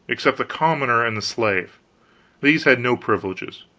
except the commoner and the slave these had no privileges.